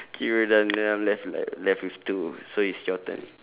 okay we're done then I'm left with like left with two so it's your turn